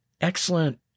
excellent